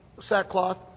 sackcloth